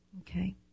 Okay